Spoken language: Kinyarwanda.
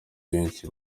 benshi